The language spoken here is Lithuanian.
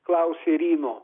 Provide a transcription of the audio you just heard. klausia ryno